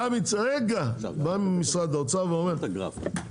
בא משרד האוצר ואומר,